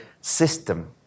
system